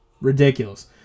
ridiculous